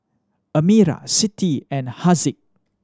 Amirah Siti and Haziq